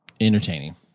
entertaining